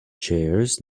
chairs